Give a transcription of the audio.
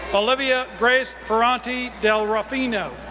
um olivia grace ferrante di ruffano,